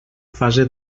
fase